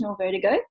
vertigo